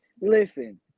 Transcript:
listen